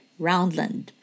Roundland